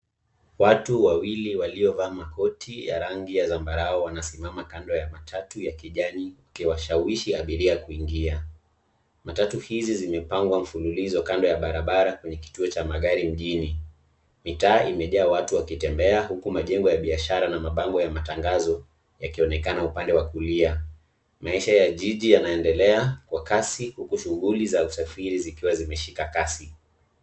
Watu wawili waliovaa makoti ya rangi ya zambarau wanasimama kando ya matatu ya kijani wakiwashawishi abiria kuingia. Matatu hizi zimepangwa mfululizo kando ya barabara kwenye kituo cha magari mjini. Mitaa imejaa watu wakitembea huku majengo ya biashara na mabango ya matangazo yakionekana upande wa kulia. Maisha jiji yanaendelea kwa kasi, huku shughuli za usafiri zikiwa zimeshika kasi.